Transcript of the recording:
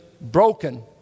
broken